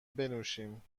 بنوشیم